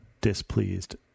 displeased